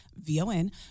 V-O-N